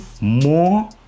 More